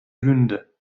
gründe